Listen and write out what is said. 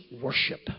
worship